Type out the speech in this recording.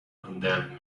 condemned